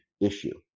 issue